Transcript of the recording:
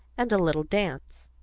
and a little dance.